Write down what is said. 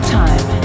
time